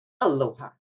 Aloha